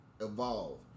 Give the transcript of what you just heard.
evolve